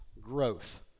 growth